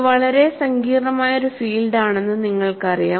ഇത് വളരെ സങ്കീർണ്ണമായ ഒരു ഫീൽഡാണെന്ന് നിങ്ങൾക്കറിയാം